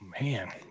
man